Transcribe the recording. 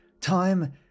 time